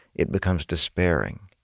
it becomes despairing.